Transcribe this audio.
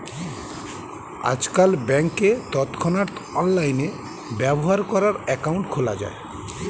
আজকাল ব্যাংকে তৎক্ষণাৎ অনলাইনে ব্যবহার করার অ্যাকাউন্ট খোলা যায়